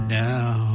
now